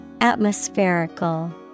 Atmospherical